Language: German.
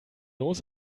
los